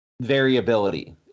variability